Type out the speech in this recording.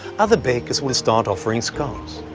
other bakers will start offering scones.